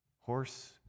Horse